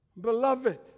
Beloved